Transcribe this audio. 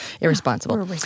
irresponsible